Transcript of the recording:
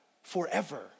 forever